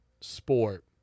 sport